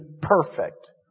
perfect